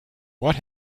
what